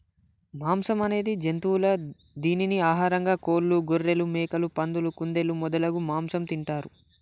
మాంసం అనేది జంతువుల దీనిని ఆహారంగా కోళ్లు, గొఱ్ఱెలు, మేకలు, పందులు, కుందేళ్లు మొదలగు మాంసం తింటారు